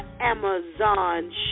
Amazon